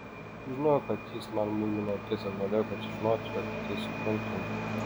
žinojau kad jis man muilina akis ir norėjau kad jis žinotų jog tai suprantu